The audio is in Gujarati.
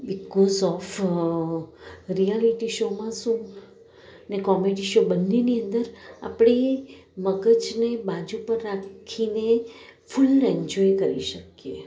બીકોસ ઓફ રિયાલિટી શોમાં શું ને કોમેડી શો બંનેની અંદર આપણે મગજને બાજુ પર રાખીને ફૂલ એન્જોય કરી શકીએ